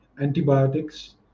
antibiotics